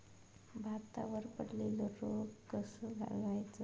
भातावर पडलेलो रोग कसो घालवायचो?